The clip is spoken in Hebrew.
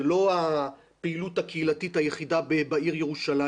הקהילה הגאה היא לא הפעילות הקהילתית היחידה בעיר ירושלים.